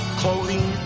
clothing